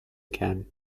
again